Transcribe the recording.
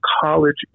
college